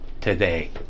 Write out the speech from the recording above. today